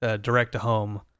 direct-to-home